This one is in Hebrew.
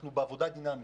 והעבודה דינמית.